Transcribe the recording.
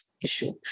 Issue